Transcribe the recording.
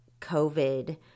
covid